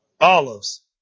Olives